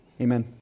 Amen